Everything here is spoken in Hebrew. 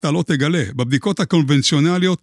‫אתה לא תגלה, ‫בבדיקות הקונבנציונליות...